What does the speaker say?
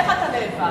איך אתה נאבק?